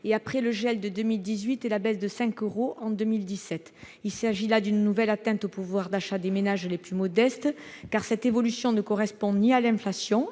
et après le gel de 2018 et la baisse de 5 euros en 2017, il s'agit là d'une nouvelle atteinte au pouvoir d'achat des ménages les plus modestes car cette évolution ne correspond ni à l'inflation,